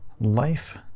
life